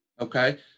Okay